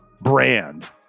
brand